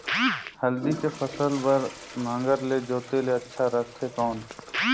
हल्दी के फसल बार नागर ले जोते ले अच्छा रथे कौन?